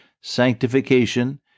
sanctification